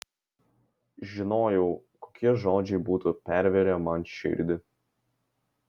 žinojau kokie žodžiai būtų pervėrę man širdį